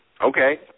Okay